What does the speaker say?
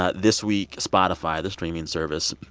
ah this week, spotify, the streaming service,